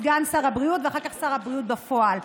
סגן שר הבריאות ואחר כך שר הבריאות בפועל,